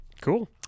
Cool